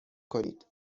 کنید